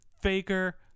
faker